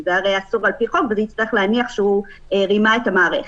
כי זה הרי אסור לפי חוק ונצטרך להניח שהוא רימה את המערכת.